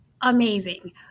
amazing